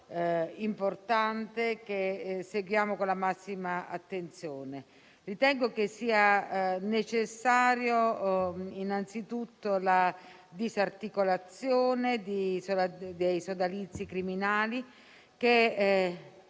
importante, che seguiamo con la massima attenzione. Ritengo che innanzitutto sia necessaria la disarticolazione dei sodalizi criminali che